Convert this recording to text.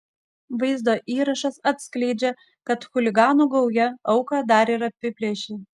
vaizdo įrašas atskleidžia kad chuliganų gauja auką dar ir apiplėšė